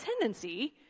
tendency